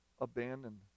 abandoned